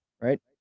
Right